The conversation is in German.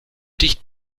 dicht